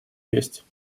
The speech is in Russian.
есть